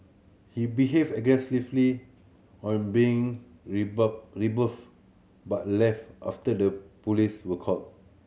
he behaved aggressively on being rebuffed but left after the police were called